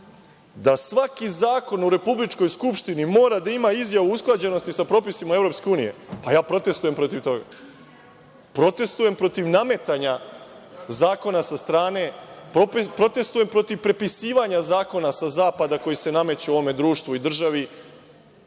da svaki zakon u republičkoj Skupštini mora da ima izjavu usklađenosti sa propisima EU. Ja protestujem protiv toga. Protestujem protiv nametanja zakona sa strane, protestujem protiv prepisivanja zakona sa zapada koji se nameću ovome društvu i državi,